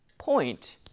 point